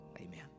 amen